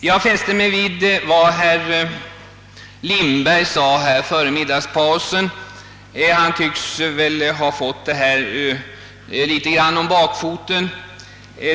Jag fäste mig vid vad herr Lindberg sade före middagspausen; han tycks ha fått det hela litet om bakfoten.